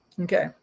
okay